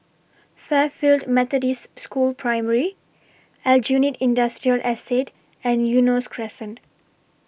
Fairfield Methodist School Primary Aljunied Industrial Estate and Eunos Crescent